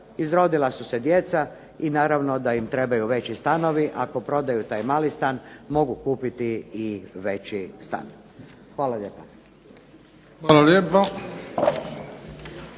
izrodila su se djeca i naravno da im trebaju veći stanovi. Ako prodaju taj mali stan mogu kupiti i veći stan. Hvala lijepa.